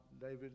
David